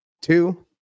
two